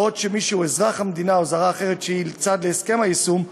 בעוד מי שהוא אזרח מדינה זרה אחרת שהיא צד להסכם היישום,